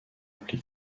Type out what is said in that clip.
appelé